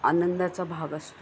आनंदाचा भाग असतो